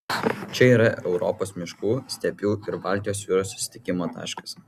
čia yra europos miškų stepių ir baltijos jūros susitikimo taškas